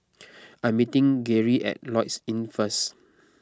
I am meeting Geary at Lloyds Inn first